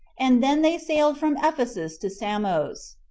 and then they sailed from ephesus to samos.